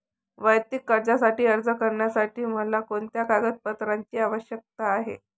वैयक्तिक कर्जासाठी अर्ज करण्यासाठी मला कोणत्या कागदपत्रांची आवश्यकता आहे?